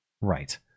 right